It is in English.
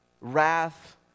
wrath